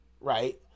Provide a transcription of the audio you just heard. Right